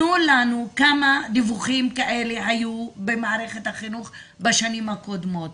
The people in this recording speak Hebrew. תנו לנו כמה דיווחים כאלה היו במערכת החינוך בשנים הקודמות.